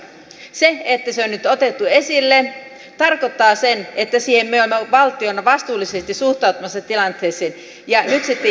se että se on nyt otettu esille tarkoittaa sitä että me olemme valtiona vastuullisesti suhtautumassa tilanteeseen ja nyt sitten jotakin on todellakin pian odotettavissa